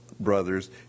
brothers